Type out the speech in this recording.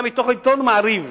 אלא מתוך עיתון "מעריב",